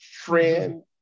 friend